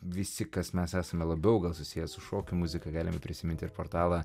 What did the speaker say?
visi kas mes esame labiau gal susiję su šokių muzika galime prisiminti ir portalą